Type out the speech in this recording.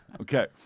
Okay